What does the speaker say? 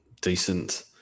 decent